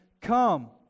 Come